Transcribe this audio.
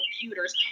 computers